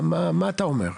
מה אתה אומר?